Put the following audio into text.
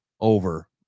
over